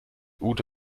ute